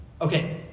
okay